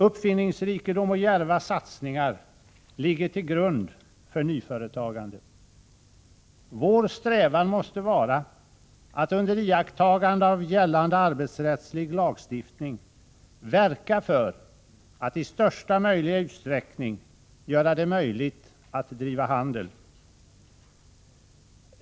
Uppfinningsrikedom och djärva satsningar ligger till grund för nyföretagande. Vår strävan måste vara att under iakttagande av gällande arbetsrättslig lagstiftning verka för att i största möjliga utsträckning göra det möjligt att driva handel.